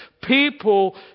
people